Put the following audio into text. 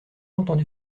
entendu